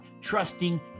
trusting